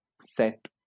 set